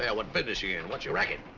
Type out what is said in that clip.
yeah what business you in? what's your racket?